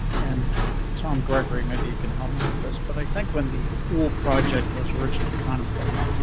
and tom gregory, maybe you can help me with this, but i think when the pool project was originally contemplated,